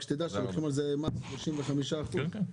רק שתדע שלוקחים על זה מס 35%. כן,